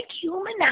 human